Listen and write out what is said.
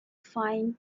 fine